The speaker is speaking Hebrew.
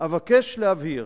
"אבקש להבהיר,